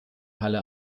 halle